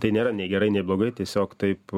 tai nėra nei gerai nei blogai tiesiog taip